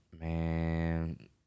Man